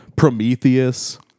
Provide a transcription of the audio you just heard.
Prometheus